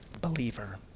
believer